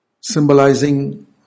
symbolizing